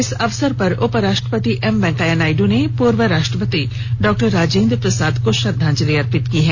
इस अवसर पर उपराष्ट्रपति एम वेंकैया नायडू ने पूर्व राष्ट्रपति डॉक्टर राजेंद्र प्रसाद को श्रद्धांजलि अर्पित की है